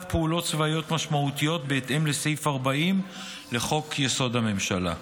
פעולות צבאיות משמעותיות בהתאם לסעיף 40 לחוק-יסוד: הממשלה.